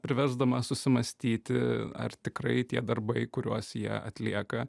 priversdama susimąstyti ar tikrai tie darbai kuriuos jie atlieka